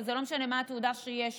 וזה לא משנה מה התעודה שיש לו,